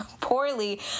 poorly